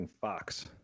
Fox